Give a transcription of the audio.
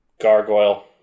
Gargoyle